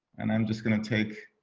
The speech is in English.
and i'm just gonna take.